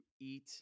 eat